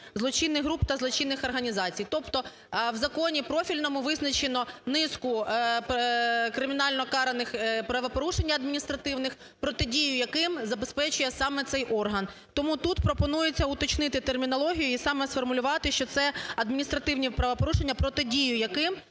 злочинних груп та злочинних організацій. Тобто в законі профільному визначено низку кримінально караних правопорушень, адміністративних, протидію яким забезпечує саме цей орган. Тому тут пропонується уточнити термінологію і саме сформулювати, що це адміністративні правопорушення, протидію яким